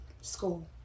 school